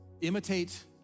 imitate